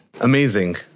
Amazing